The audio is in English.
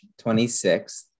26th